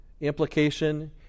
Implication